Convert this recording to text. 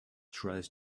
tries